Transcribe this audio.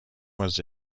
was